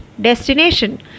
destination